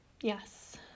yes